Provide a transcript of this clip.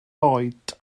oed